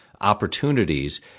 opportunities